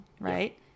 right